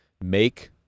make